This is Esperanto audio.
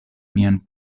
mian